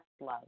love